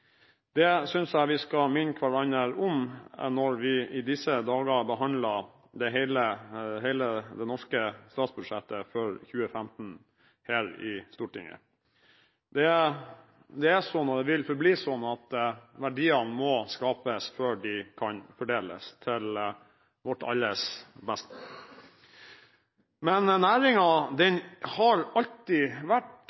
Det synes jeg vi skal minne hverandre om når vi i disse dager behandler hele det norske statsbudsjettet for 2015 her i Stortinget. Det er sånn og vil forbli sånn at verdiene må skapes før de kan fordeles til alles beste.